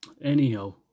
Anyhow